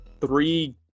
three